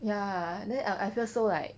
ya then I I feel so like